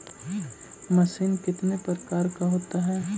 Machine कितने प्रकार का होता है?